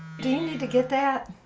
do you need to get that?